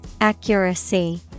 Accuracy